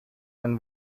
and